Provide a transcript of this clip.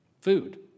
food